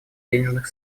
денежных